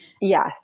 Yes